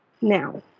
Now